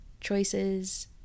choices